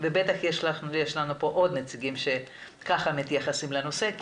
ובטח נמצאים כאן עוד נציגים שמתייחסים כך לנושא,